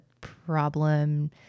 problem